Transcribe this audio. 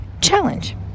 Challenge